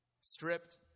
stripped